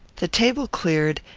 the table cleared,